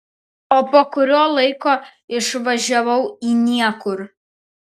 o po kurio laiko išvažiavau į niekur